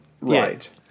Right